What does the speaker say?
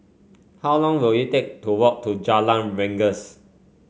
how long will it take to walk to Jalan Rengas